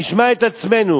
נשמע את עצמנו,